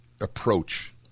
approach